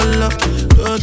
love